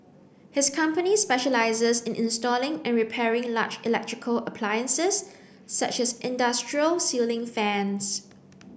his company specialises in installing and repairing large electrical appliances such as industrial ceiling fans